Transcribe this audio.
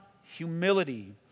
humility